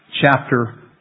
chapter